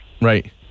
Right